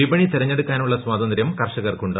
വിപണി തെരഞ്ഞെടുക്കാനുള്ള സ്വാതന്ത്രൃം കർഷകർക്കുണ്ട്